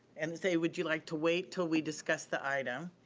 and say would you like to wait, until we discuss the item?